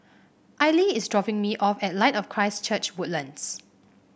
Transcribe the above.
Aili is dropping me off at Light of Christ Church Woodlands